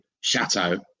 chateau